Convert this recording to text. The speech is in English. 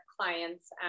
clients